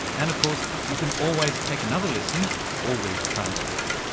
and, of course, you can always take another listen or read the transcript.